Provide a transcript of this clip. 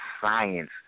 science